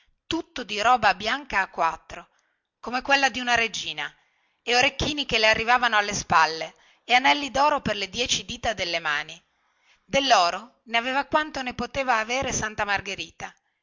tutto di roba bianca a quattro come quella di una regina e orecchini che le arrivavano alle spalle e anelli doro per le dieci dita delle mani delloro ne aveva quanto ne poteva avere santa margherita